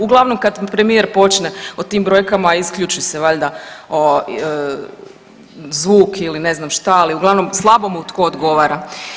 Uglavnom kad premijer počne o tim brojkama isključi se valjda zvuk ili ne znam šta, ali uglavnom slabo mu tko odgovara.